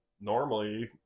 Normally